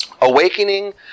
Awakening